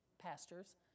pastors